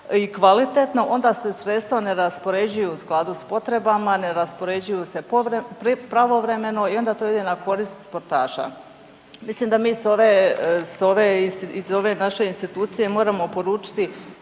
i kvalitetno onda se sredstva ne raspoređuju u skladu s potrebama, ne raspoređuju se pravovremeno i onda to ide na korist sportaša. Mislim da mi iz ove naše institucije moramo poručiti